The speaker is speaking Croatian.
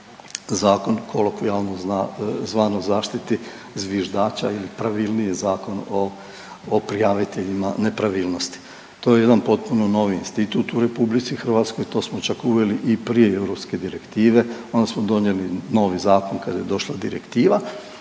zakon kolokvijalno zvan o zaštiti zviždača ili pravilnije Zakon o prijaviteljima nepravilnosti. To je jedan potpuno novi institut u RH, to smo čak uveli i prije europske direktive, onda smo donijeli novi zakon kad je došla direktiva.